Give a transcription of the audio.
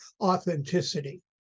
authenticity